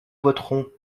voterons